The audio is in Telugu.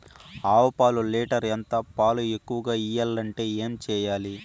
ఆవు పాలు లీటర్ ఎంత? పాలు ఎక్కువగా ఇయ్యాలంటే ఏం చేయాలి?